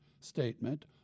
statement